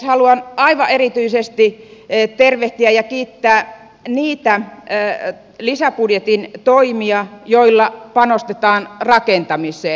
haluan aivan erityisesti tervehtiä ja kiittää niitä lisäbudjetin toimia joilla panostetaan rakentamiseen